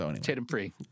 Tatum-free